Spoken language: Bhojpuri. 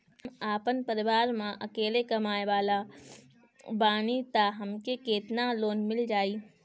हम आपन परिवार म अकेले कमाए वाला बानीं त हमके केतना लोन मिल जाई?